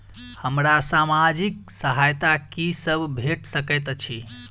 हमरा सामाजिक सहायता की सब भेट सकैत अछि?